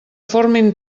formin